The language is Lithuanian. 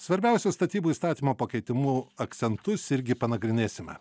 svarbiausių statybų įstatymo pakeitimų akcentus irgi panagrinėsime